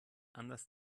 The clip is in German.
anders